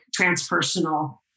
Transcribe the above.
transpersonal